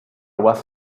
was